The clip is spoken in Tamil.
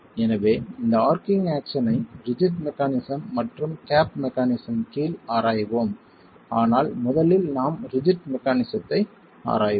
எனவே இந்த ஆர்ச்சிங் ஆக்சன்யை ரிஜிட் மெக்கானிசம் மற்றும் கேப் மெக்கானிசம் கீழ் ஆராய்வோம் ஆனால் முதலில் நாம் ரிஜிட் மெக்கானிசத்தை ஆராய்வோம்